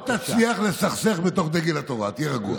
לא תצליח לסכסך בתוך דגל התורה, תהיה רגוע.